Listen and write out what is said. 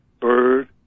Bird